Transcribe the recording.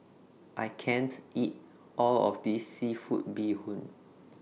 I can't eat All of This Seafood Bee Hoon